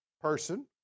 person